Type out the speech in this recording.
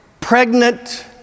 pregnant